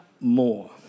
more